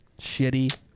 Shitty